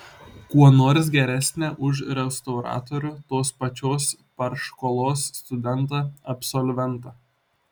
kuo nors geresnė už restauratorių tos pačios partškolos studentą absolventą